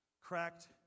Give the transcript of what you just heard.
cracked